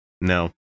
No